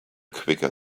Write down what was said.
quicker